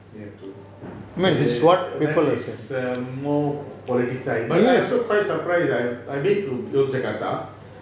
that is more politicised but I also quite surprised I I've been to yogyakarta